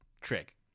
trick